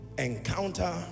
encounter